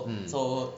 mm